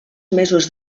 mesos